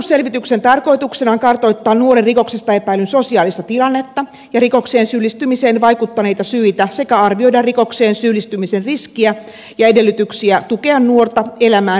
seuraamusselvityksen tarkoituksena on kartoittaa nuoren rikoksesta epäillyn sosiaalista tilannetta ja rikokseen syyllistymiseen vaikuttaneita syitä sekä arvioida rikokseen syyllistymisen riskiä ja edellytyksiä tukea nuorta elämään rikoksetonta elämää